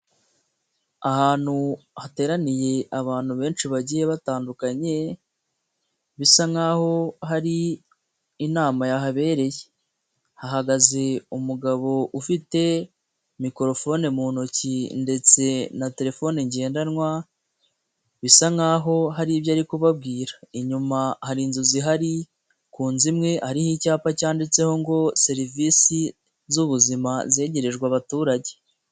Ahantu hateraniye abantu benshi bagiye batandukanye, bisa nk'aho hari inama yahabereye, hahagaze umugabo ufite mikorofone mu ntoki ndetse na telefone ngendanwa, bisa nk'aho hari ibyo ari kubabwira, inyuma hari inzu zihari ku inzu imwe hariho icyapa cyanditseho ngo serivisi zubuzima zegerejwe abaturage.